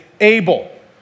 able